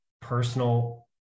personal